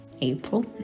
April